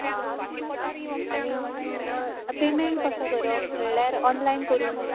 हां हां आनी पेमेंट कसो करप म्हणल्यार ओनलायन करून